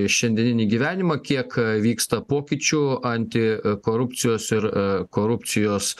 šiandieninį gyvenimą kiek a vyksta pokyčių anti korupcijos ir a korupcijos